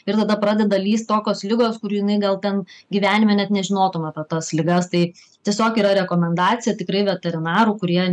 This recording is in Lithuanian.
ir tada pradeda lįst tokios ligos kurių jinai gal ten gyvenime net nežinotum apie tas ligas tai tiesiog yra rekomendacija tikrai veterinarų kurie